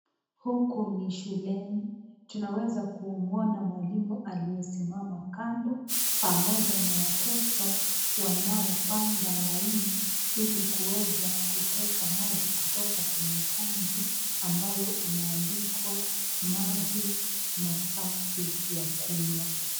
Huku ni shuleni tunaweza kumwona mwalimu aliyesimama kando pamoja na watoto wanaopanga laini ili kuweza kutega maji kutoka kwenye tanki ambayo imeandikwa maji masafi ya kunywa.